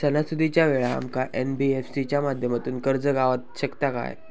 सणासुदीच्या वेळा आमका एन.बी.एफ.सी च्या माध्यमातून कर्ज गावात शकता काय?